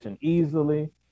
easily